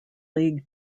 league